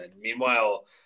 Meanwhile